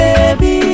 Baby